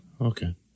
Okay